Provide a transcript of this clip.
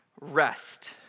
rest